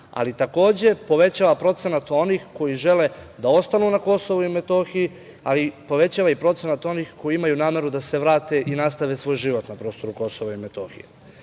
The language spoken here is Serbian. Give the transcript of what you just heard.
ali, takođe, povećava procenat onih koji žele da ostanu na Kosovu i Metohiji, a i povećava procenat onih koji imaju nameru da se vrate i nastave svoj život na prostoru Kosova i Metohije. Kada